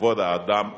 בכבוד האדם ובחייו.